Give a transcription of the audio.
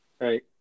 Right